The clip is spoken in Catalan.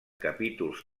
capítols